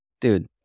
Dude